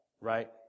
right